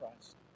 Christ